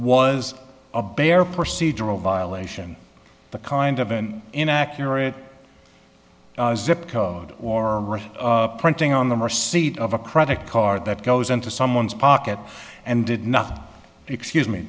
was a bare procedural violation the kind of an inaccurate zip code or printing on them or seat of a credit card that goes into someone's pocket and did not excuse me